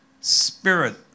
spirit